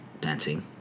dancing